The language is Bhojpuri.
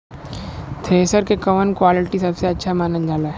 थ्रेसर के कवन क्वालिटी सबसे अच्छा मानल जाले?